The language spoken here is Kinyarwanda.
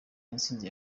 intsinzi